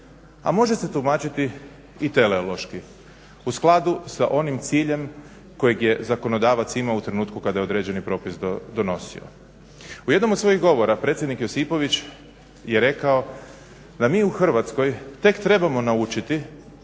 a može se tumačiti i teleološki. U skladu sa onim ciljem kojeg je zakonodavac imao u trenutku kada je određeni propis donosio. U jednom od svojih govora predsjednik Josipović je rekao da mi u Hrvatskoj tek trebamo naučiti